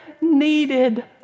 needed